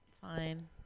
Fine